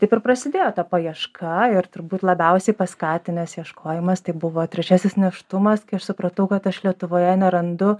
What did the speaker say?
taip ir prasidėjo ta paieška ir turbūt labiausiai paskatinęs ieškojimas tai buvo trečiasis nėštumas kai aš supratau kad aš lietuvoje nerandu